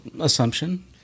assumption